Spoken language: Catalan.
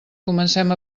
comencem